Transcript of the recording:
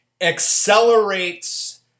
accelerates